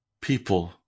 people